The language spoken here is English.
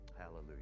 Hallelujah